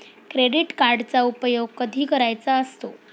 Credit कार्डचा उपयोग कधी करायचा असतो?